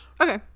Okay